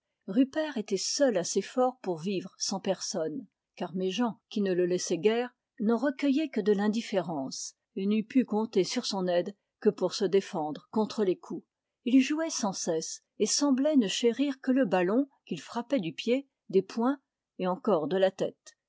rupert était seul assez fort pour vivre sans personne car méjean qui ne le laissait guère n'en recueillait que de l'indifférence et n'eût pu compter sur son aide que pour se défendre contre les coups il jouait sans cesse et semblait ne chérir que le ballon qu'il frappait du pied des poings et encore de la tête